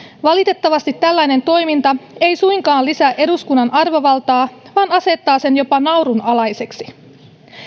valitettavasti tällainen toiminta ei suinkaan lisää eduskunnan arvovaltaa vaan asettaa sen jopa naurunalaiseksi